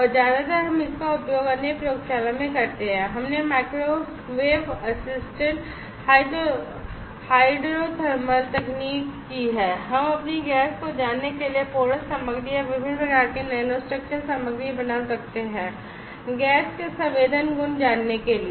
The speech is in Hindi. और ज्यादातर हम इसका उपयोग अन्य प्रयोगशाला में करते हैं हमने माइक्रोवेव असिस्टेड हाइड्रोथर्मल तकनीक की है हम अपनी गैस को जानने के लिए porus सामग्री या विभिन्न प्रकार के नैनोस्ट्रक्चर सामग्री बना सकते हैं गैस के संवेदन गुण जानने के लिए